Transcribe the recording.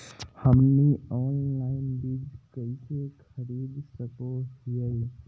हमनी ऑनलाइन बीज कइसे खरीद सको हीयइ?